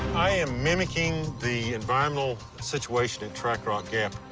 i am mimicking the environmental situation at track rock gap.